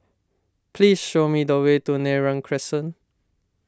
please show me the way to Neram Crescent